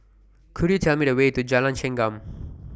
Could YOU Tell Me The Way to Jalan Chengam